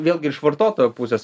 vėlgi iš vartotojo pusės